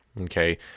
okay